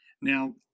Now